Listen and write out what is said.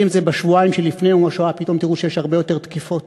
ואם זה בשבועיים שלפני יום השואה פתאום תראו שיש הרבה יותר תקיפות,